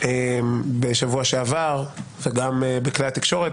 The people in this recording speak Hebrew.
בשבוע שעבר בכלי התקשורת,